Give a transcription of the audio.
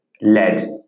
lead